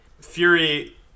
Fury